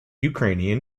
ukrainian